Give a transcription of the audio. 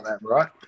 right